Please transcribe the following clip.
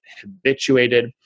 habituated